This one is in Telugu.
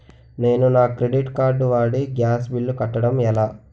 నేను నా క్రెడిట్ కార్డ్ వాడి గ్యాస్ బిల్లు కట్టడం ఎలా?